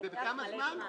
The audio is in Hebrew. ובכמה זמן?